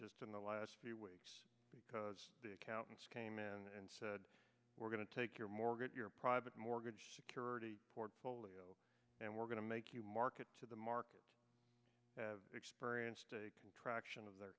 just in the last few weeks because the accountants came in and we're going to take your mortgage your private mortgage security portfolio and we're going to make you market to the markets have experienced a contraction of their